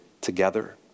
together